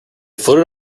floated